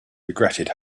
regretted